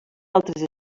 altres